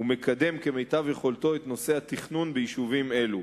ומקדם כמיטב יכולתו את נושא התכנון ביישובים אלו.